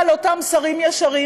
אבל אותם שרים ישרים,